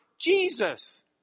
Jesus